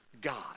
God